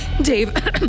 Dave